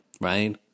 right